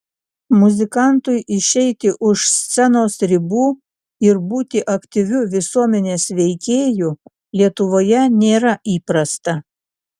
muzikantui išeiti už scenos ribų ir būti aktyviu visuomenės veikėju lietuvoje nėra įprasta